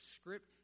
script